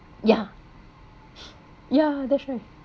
yeah yeah that's right